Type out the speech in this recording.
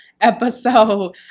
episode